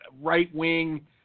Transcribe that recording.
right-wing